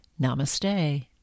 Namaste